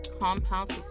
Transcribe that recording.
compounds